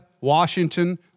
Washington